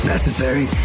Necessary